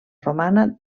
romana